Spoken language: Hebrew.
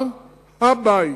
הר-הבית.